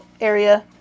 area